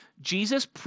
Jesus